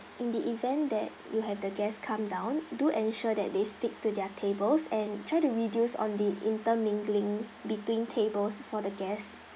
in the event that you have the guests come down do ensure that they stick to their tables and try to reduce on the intermingling between tables for the guests